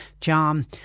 John